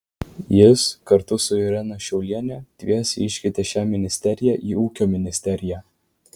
jis kartu su irena šiaulienė dviese iškeitė šią ministeriją į ūkio ministeriją